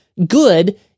good